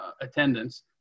attendance